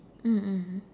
mm mm mm